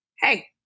hey